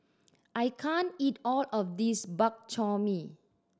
I can't eat all of this Bak Chor Mee